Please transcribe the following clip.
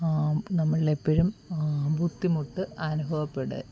നമ്മളിലെപ്പോഴും ബുദ്ധിമുട്ട് അനുഭവപ്പെടും